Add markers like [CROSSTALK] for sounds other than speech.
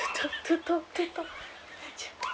[LAUGHS]